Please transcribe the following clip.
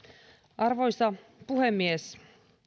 arvoisa puhemies